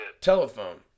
Telephone